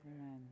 Amen